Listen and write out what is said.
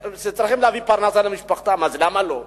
שצריכים להביא פרנסה למשפחתם, אז למה לא?